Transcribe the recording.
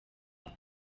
waha